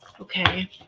Okay